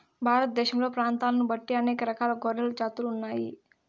భారతదేశంలో ప్రాంతాలను బట్టి అనేక రకాల గొర్రెల జాతులు ఉన్నాయి